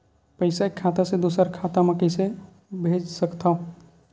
पईसा एक खाता से दुसर खाता मा कइसे कैसे भेज सकथव?